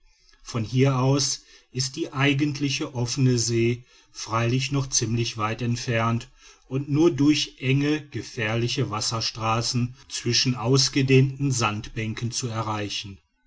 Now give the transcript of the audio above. von hier aus ist die eigentliche offene see freilich noch ziemlich weit entfernt und nur durch enge gefährliche wasserstraßen zwischen ausgedehnten sandbänken zu erreichen